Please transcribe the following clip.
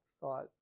thought